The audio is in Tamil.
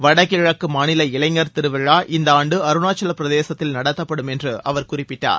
வடகிழக்கு மாநில இளைஞர் திருவிழா இந்தாண்டு அருணாச்ச பிரதேசத்தில் நடத்தப்படும் என்று அவர் குறிப்பிட்டார்